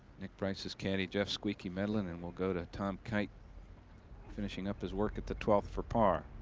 nick price's caddy. jeff squeaky madeline. and we'll go to tom kite finishing up his work at the twelf for par.